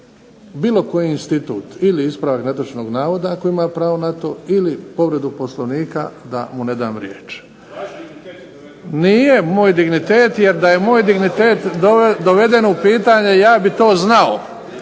bilo koji institut, ili ispravak netočnog navoda ako ima pravo na to ili povredu Poslovnika da mu ne dam riječ. … /Upadica se ne razumije. Nije moj dignitet, jer da je moj dignitet doveden u pitanje ja bih to znao.